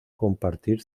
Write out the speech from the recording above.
compartir